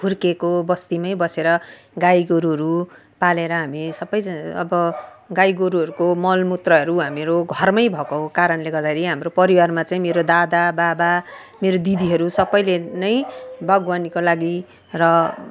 हुर्किएको बस्तीमा बसेर गाई गोरुहरू पालेर हामी सबजना अब गाई गोरुहरूको मल मूत्रहरू हाम्रो घरमा भएको कारणले गर्दाखेरि हाम्रो परिवारमा चाहिँ मेरो दादा बाबा मेरो दिदीहरू सबले नै बागवानीको लागि र